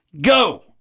Go